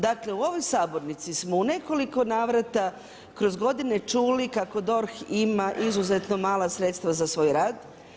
Dakle, u ovoj sabornici smo nekoliko navrata kroz godine čuli kako DORH ima izuzetno mala sredstva za rad.